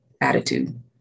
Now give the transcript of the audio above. attitude